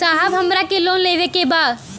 साहब हमरा के लोन लेवे के बा